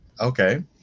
okay